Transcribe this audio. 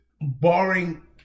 barring